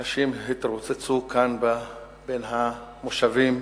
אנשים התרוצצו כאן בין המושבים